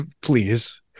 please